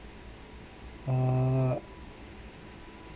uh